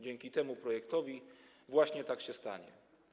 Dzięki temu projektowi właśnie tak się stanie.